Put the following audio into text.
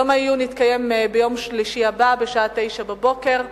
יום העיון יתקיים ביום שלישי הבא, בשעה 09:00,